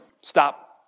Stop